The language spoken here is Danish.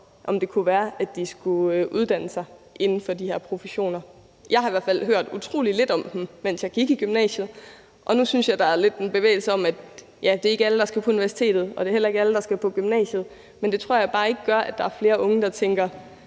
om det kunne være, at de skulle uddanne sig inden for de her professioner. Jeg har i hvert fald hørt utrolig lidt om dem, mens jeg gik i gymnasiet, og nu synes jeg, der lidt er en bevægelse hen imod, at det ikke er alle, der skal på universitetet, og at det heller ikke er alle, der skal på gymnasiet. Men det tror jeg bare ikke gør, at der er flere unge, der tænker,